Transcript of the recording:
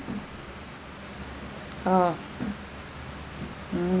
oh